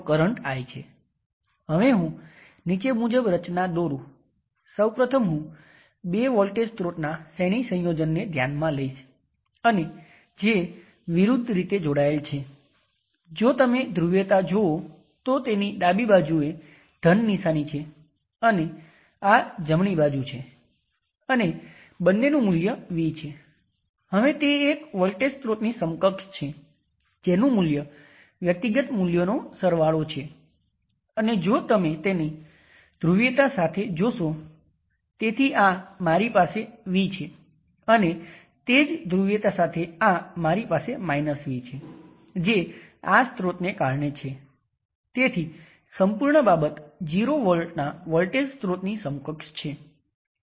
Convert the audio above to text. યાદ રાખો આ 4 કિલો Ω શોર્ટ સર્કિટમાં છે તેથી તમામ કરંટ શોર્ટ સર્કિટમાં જશે 4 કિલો Ω રેઝિસ્ટર કરવું પડશે અને 1 અને 1 પ્રાઇમ વચ્ચે પાછળ જોતા રેઝિસ્ટન્સને શોધવો પડશે